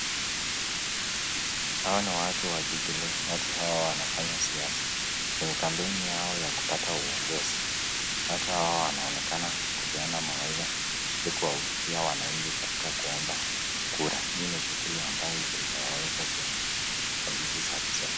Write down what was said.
Hawa nibwatu wa jubilee, watu hawa wanafanya siasa, kwenye kampeni yao ya kupata uongozi, watu hawa inaonekana kupeanna mawaidha ili kuwahutubia wananchi katika kuomba kura, hii ni shughuli ambayo itawaweka kwenye ofisi za kiserikali.